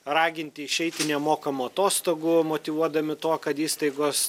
raginti išeiti nemokamų atostogų motyvuodami tuo kad įstaigos